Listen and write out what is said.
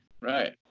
right